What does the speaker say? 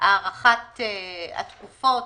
הארכת התקופות,